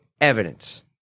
evidence